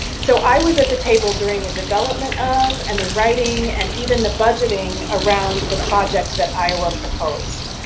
so, i was at the table during the development of and the writing and even the budgeting around the projects that iowa proposed.